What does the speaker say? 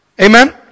Amen